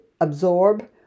absorb